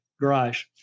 garage